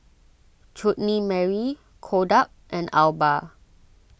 Chutney Mary Kodak and Alba